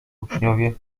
uczniowie